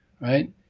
Right